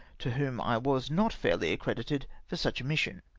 to whom i was not fairly accredited for such a mission.